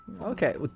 Okay